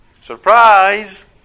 Surprise